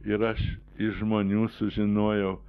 ir aš iš žmonių sužinojau